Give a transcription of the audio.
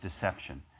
deception